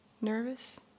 Nervous